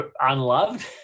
unloved